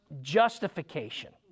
justification